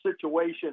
situation